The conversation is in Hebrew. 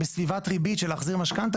בסביבת ריבית שלהחזיר משכנתא,